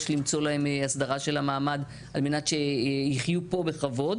למצוא להן הסדרה של המעמד על מנת שיחיו פה בכבוד,